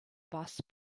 boss